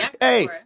Hey